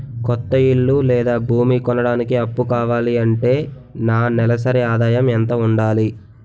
కొత్త ఇల్లు లేదా భూమి కొనడానికి అప్పు కావాలి అంటే నా నెలసరి ఆదాయం ఎంత ఉండాలి?